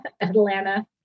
Atlanta